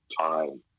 time